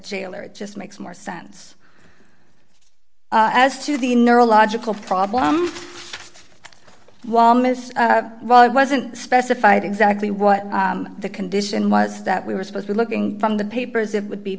jailer it just makes more sense as to the neurological problem while miss while it wasn't specified exactly what the condition was that we were supposed to looking from the papers it would be